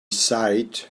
sight